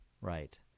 Right